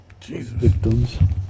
Victims